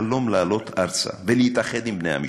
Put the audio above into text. החלום לעלות ארצה ולהתאחד עם בני המשפחה.